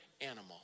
animal